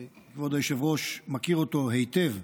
שכבוד היושב-ראש מכיר אותו היטב.